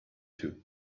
too